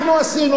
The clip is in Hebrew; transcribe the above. אנחנו עשינו,